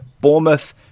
Bournemouth